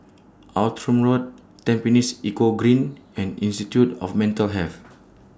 Outram Road Tampines Eco Green and Institute of Mental Health